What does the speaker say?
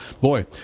boy